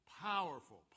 Powerful